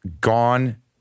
gone